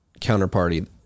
counterparty